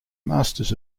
masters